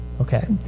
okay